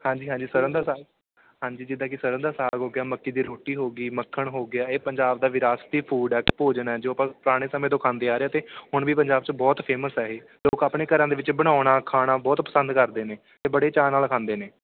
ਹਾਂਜੀ ਹਾਂਜੀ ਸਰ੍ਹੋਂ ਦਾ ਸਾਗ ਹਾਂਜੀ ਜਿੱਦਾਂ ਕਿ ਸਰ੍ਹੋਂ ਦਾ ਸਾਗ ਹੋ ਗਿਆ ਮੱਕੀ ਦੀ ਰੋਟੀ ਹੋ ਗਈ ਮੱਖਣ ਹੋ ਗਿਆ ਇਹ ਪੰਜਾਬ ਦਾ ਵਿਰਾਸਤੀ ਫੂਡ ਹੈ ਭੋਜਨ ਹੈ ਜੋ ਆਪਾਂ ਪੁਰਾਣੇ ਸਮੇਂ ਤੋਂ ਖਾਂਦੇ ਆ ਰਹੇ ਅਤੇ ਹੁਣ ਵੀ ਪੰਜਾਬ 'ਚ ਬਹੁਤ ਫੇਮਸ ਆ ਇਹ ਲੋਕ ਆਪਣੇ ਘਰਾਂ ਦੇ ਵਿੱਚ ਬਣਾਉਣ ਖਾਣਾ ਬਹੁਤ ਪਸੰਦ ਕਰਦੇ ਨੇ ਅਤੇ ਬੜੇ ਚਾਅ ਨਾਲ ਖਾਂਦੇ ਨੇ